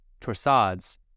torsades